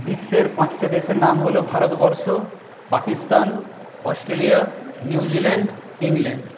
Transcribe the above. বিশ্বের পাঁচটা দেশের নাম হলো Bharatvarsha Pakistan Australia New Zealand England